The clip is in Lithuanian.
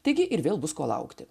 taigi ir vėl bus ko laukti